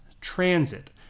transit